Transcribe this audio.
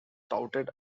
touted